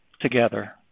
together